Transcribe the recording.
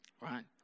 right